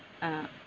ah